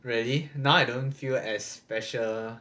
really now I don't feel as special